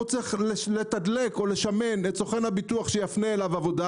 הוא צריך לתדלק או לשמן את סוכן הביטוח שיפנה אליו עבודה